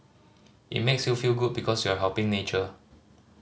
it makes you feel good because you're helping nature